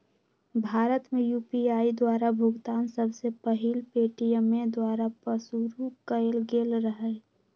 भारत में यू.पी.आई द्वारा भुगतान सबसे पहिल पेटीएमें द्वारा पशुरु कएल गेल रहै